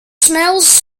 smells